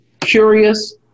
curious